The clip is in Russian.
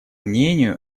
мнению